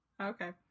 Okay